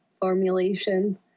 formulation